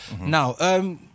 Now